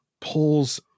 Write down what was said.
pulls